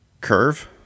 curve